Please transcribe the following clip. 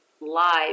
live